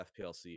FPLC